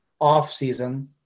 off-season